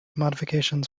modifications